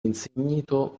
insignito